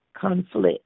conflict